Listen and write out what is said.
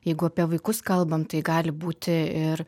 jeigu apie vaikus kalbam tai gali būti ir